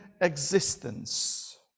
existence